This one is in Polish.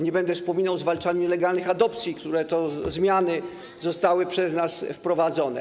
Nie będę wspominał o zwalczaniu nielegalnych adopcji, które to zmiany zostały przez nas wprowadzone.